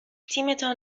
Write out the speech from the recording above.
تیمتان